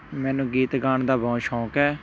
ਮੈਨੂੰ ਗੀਤ ਗਾਉਣ ਦਾ ਬਹੁਤ ਸ਼ੌਂਕ ਹੈ